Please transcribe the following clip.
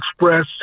express